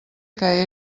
que